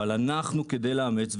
אבל אנחנו כדי לאמץ,